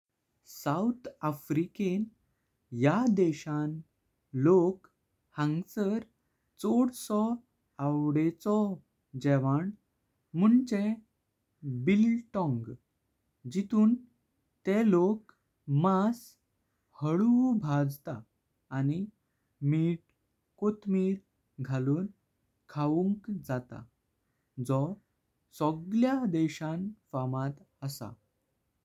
South अफ्रिकेन या देशान लोक हांसार चोडसो आव्डेचो। जेवन मुंजे बिल्टॉङ जितुन तेह लोक मास हालु भाजता। आनी मीत, कोथंबीर घालून खावूंक जातां जो सगळ्या देशान फाटां आसा।